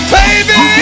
baby